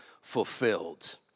fulfilled